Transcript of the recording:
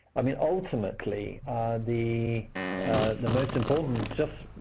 i mean, ultimately the the most important just.